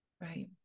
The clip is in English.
Right